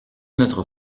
notre